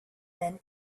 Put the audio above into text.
then